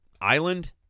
island